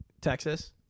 Texas